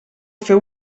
fer